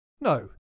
No